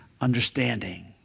understanding